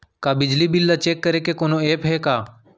का बिजली बिल ल चेक करे के कोनो ऐप्प हे का?